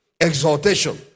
exaltation